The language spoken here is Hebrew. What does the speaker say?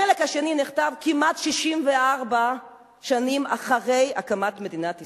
החלק השני נכתב כמעט 64 שנים אחרי הקמת מדינת ישראל.